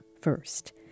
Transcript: first